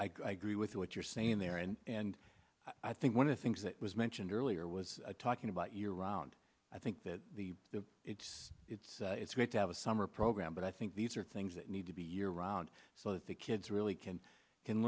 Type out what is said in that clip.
i agree with what you're saying there and i think one of the things that was mentioned earlier was talking about year round i think that the the it's it's it's great to have a summer program but i think these are things that need to be year round so that the kids really can can